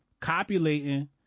copulating